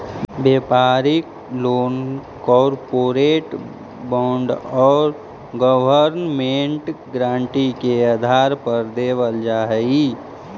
व्यापारिक loan corporate bond और government guarantee के आधार पर देवल जा हई